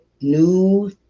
new